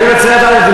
אני רוצה לדעת,